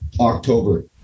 October